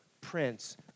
Prince